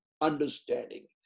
understanding